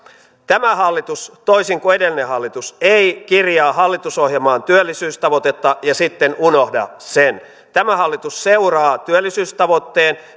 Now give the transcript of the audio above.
tämä hallitus toisin kuin edellinen hallitus ei kirjaa hallitusohjelmaan työllisyystavoitetta ja sitten unohda sitä tämä hallitus seuraa työllisyystavoitteen